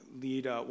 lead